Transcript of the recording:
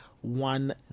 one